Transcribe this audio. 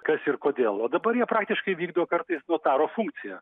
kas ir kodėl o dabar jie praktiškai vykdo kartais notaro funkciją